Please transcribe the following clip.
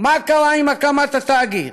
מה קרה עם הקמת התאגיד.